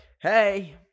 hey